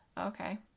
Okay